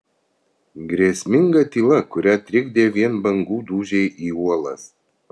grėsminga tyla kurią trikdė vien bangų dūžiai į uolas